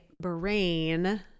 brain